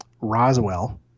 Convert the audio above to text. Roswell